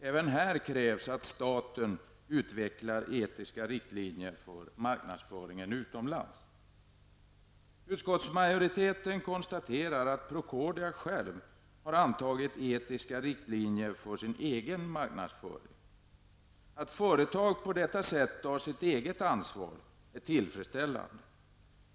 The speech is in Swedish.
Även här krävs att staten utvecklar etiska riktlinjer för marknadsföringen utomlands. Utskottsmajoriteten konstaterar att Procordia självt har antagit etiska riktlinjer för sin egen marknadsföring. Att företag på detta sätt tar sitt eget ansvar är tillfredsställande.